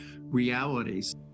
realities